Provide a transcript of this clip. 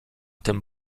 tym